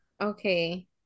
okay